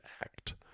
Act